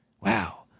Wow